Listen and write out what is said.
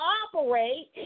operate